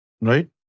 Right